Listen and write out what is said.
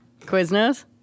Quiznos